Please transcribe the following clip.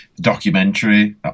documentary